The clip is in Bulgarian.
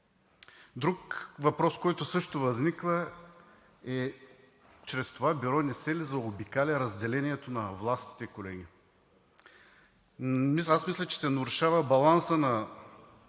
Друг въпрос, който също възниква, е: чрез Бюрото не се ли заобикаля разделението на властите, колеги? Мисля, че се нарушава балансът на